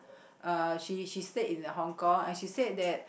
uh she she stayed in the Hong-Kong and she said that